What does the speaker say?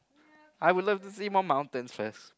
I would love to see more mountains first